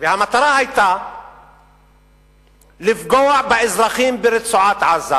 והמטרה היתה לפגוע באזרחים ברצועת-עזה